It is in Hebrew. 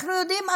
אנחנו יודעים,